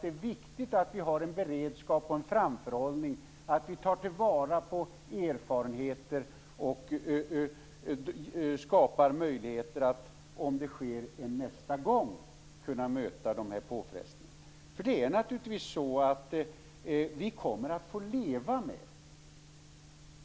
Det är viktigt att vi har en beredskap och en framförhållning, att vi tar till vara erfarenheter och skapar möjligheter att möta de här påfrestningarna om det skulle bli en nästa gång.